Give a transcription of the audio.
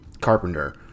Carpenter